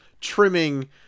trimming